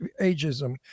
ageism